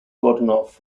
godunov